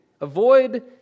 avoid